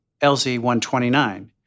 LZ-129